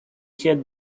had